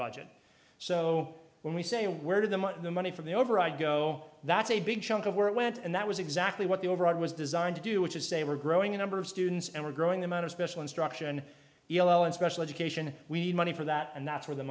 budget so when we say where did the money the money from the over i go that's a big chunk of where it went and that was exactly what the overall it was designed to do which is say we're growing a number of students and we're growing amount of special instruction yellow and special education we need money for that and that's where the